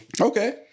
Okay